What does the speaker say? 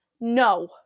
no